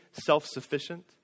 self-sufficient